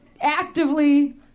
actively